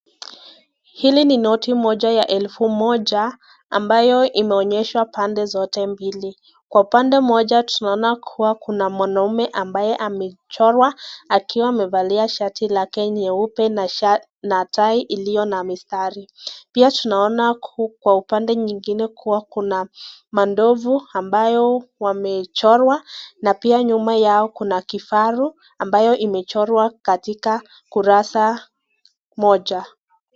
Hili ni noti moja ya elfu moja ambayo imeonyeshwa pande zote mbili. Kwa pande moja tunaona kuwa kuna mwanaume ambaye amechorwa akiwa amevalia shati lake nyeupe na shati tai iliyo na mistari. pia tunaona kwa upande nyingine kuwa kuna mandovu ambayo wamechorwa, na pia nyuma yao Kuna kifaru ambayo imechorwa katika kurasa moja.